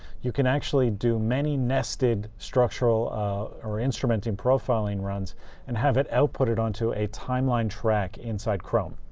you can actually do many nested structural or instrumenting profiling runs and have it outputted onto a timeline track inside chrome.